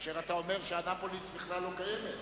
כאשר אתה אומר שאנאפוליס בכלל לא קיימת,